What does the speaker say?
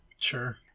Sure